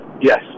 Yes